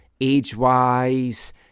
age-wise